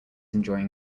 enjoying